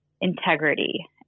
integrity